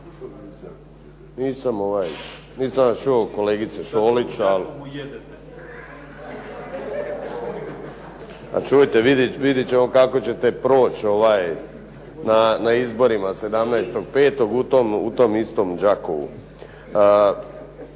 Nisam vas čuo kolegice Šolić. …/Upadica se ne čuje./… A čujte, vidjet ćemo kako ćete proći na izborima 17.5. u tom istom Đakovu.